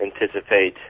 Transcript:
anticipate